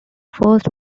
first